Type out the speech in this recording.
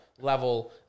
level